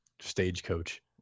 stagecoach